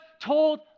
told